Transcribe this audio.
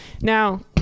Now